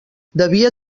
devia